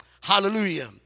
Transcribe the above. Hallelujah